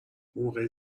موقع